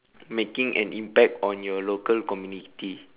making an impact on your local community